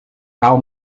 kau